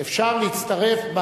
אפשר להצטרף,